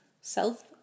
Self